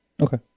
Okay